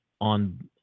on